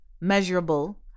measurable